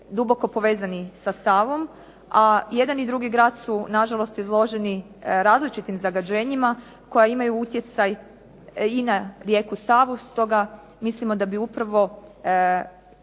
duboko povezani sa Savom, a jedan i drugi grad su na žalost izloženi različitim zagađenjima koja imaju utjecaj i na rijeku Savu. Stoga mislimo da bi upravo